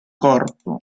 corpo